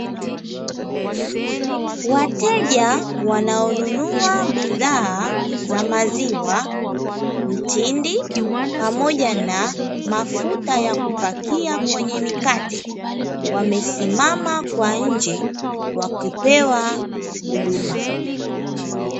Wateja wanaonunua bidhaa za maziwa mtindi pamoja na mafuta ya kupakia kwenye mikate, wamesimama kwa nje wakipewa huduma.